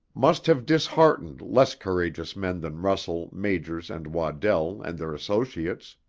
must have disheartened less courageous men than russell, majors and waddell and their associates.